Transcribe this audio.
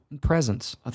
presence